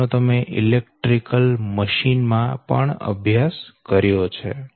જેનો તમે electrical machine માં પણ અભ્યાસ કર્યો છે